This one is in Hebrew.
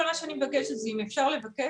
כל מה שאני מבקשת הוא אם אפשר לבקש